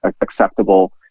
acceptable